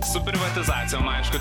su privatizacijom aišku